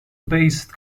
based